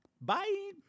Bye